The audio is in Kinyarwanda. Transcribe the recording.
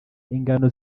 ingano